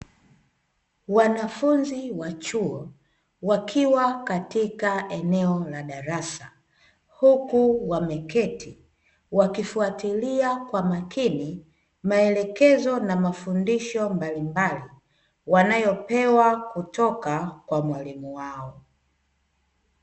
Wanafunzi wa chuo wakiwa katika eneo la darasa, huku wameketi wakifuatilia kwa makini, maelekezo na mafundisho mbalimbali wanayopewa kutoka kwa mwalimuu wao.